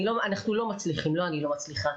אנחנו לא מצליחים, אני לא מצליחה.